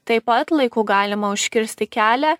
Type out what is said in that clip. taip pat laiku galima užkirsti kelią